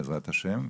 בעזרת השם.